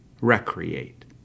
Recreate